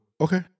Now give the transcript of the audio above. Okay